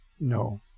No